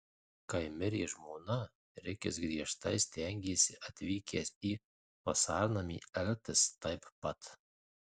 kai mirė žmona rikis griežtai stengėsi atvykęs į vasarnamį elgtis taip pat